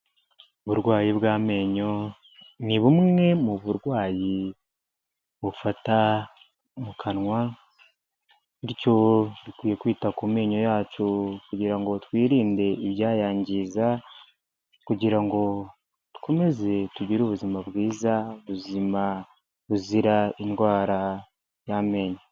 Uburwayi bw'amenyo ni bumwe mu burwayi bufata mu kanwa bityo dukwiye kwita ku menyo yacu kugira ngo twirinde ibyayangiza kugira ngo dukomeze tugire ubuzima bwiza buzima buzira indwara y'amenyo.